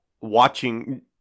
watching